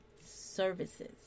Services